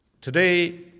Today